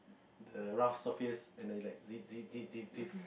the rough surface and then you like the the the the the